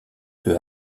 peu